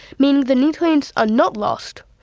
meaning the nutrients are not lost,